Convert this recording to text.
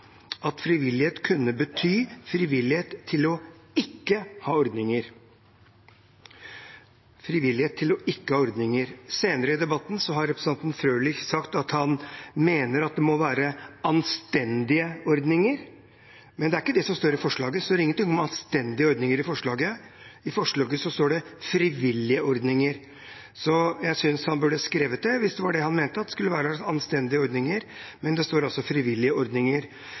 at frivillighet kunne bety frivillighet til å ikke ha ordninger. Senere i debatten har representanten Frølich sagt at han mener at det må være anstendige ordninger. Men det er ikke det som står i forslaget til vedtak. Der står ingenting om anstendige ordninger. Det står frivillige ordninger. Jeg synes han burde ha skrevet det, hvis det var det han mente at det skulle være: anstendige ordninger. Men det står altså frivillige ordninger.